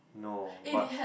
no but